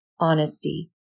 honesty